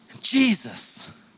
Jesus